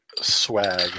swag